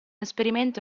esperimento